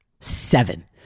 Seven